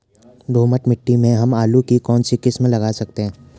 दोमट मिट्टी में हम आलू की कौन सी किस्म लगा सकते हैं?